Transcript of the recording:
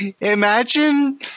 imagine